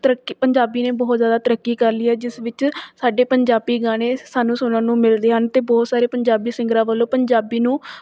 ਤਰੱਕੀ ਪੰਜਾਬੀ ਨੇ ਬਹੁਤ ਜ਼ਿਆਦਾ ਤਰੱਕੀ ਕਰ ਲਈ ਹੈ ਇਸ ਵਿੱਚ ਸਾਡੇ ਪੰਜਾਬੀ ਗਾਣੇ ਸਾਨੂੰ ਸੁਣਨ ਨੂੰ ਮਿਲਦੇ ਹਨ ਅਤੇ ਬਹੁਤ ਸਾਰੇ ਪੰਜਾਬੀ ਸਿੰਗਰਾਂ ਵੱਲੋਂ ਪੰਜਾਬੀ ਨੂੰ